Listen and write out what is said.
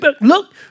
look